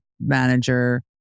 manager